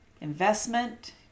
Investment